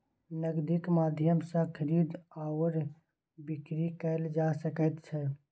नगदीक माध्यम सँ खरीद आओर बिकरी कैल जा सकैत छै